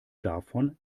davon